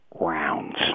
rounds